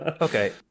okay